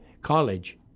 college